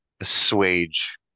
assuage